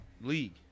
league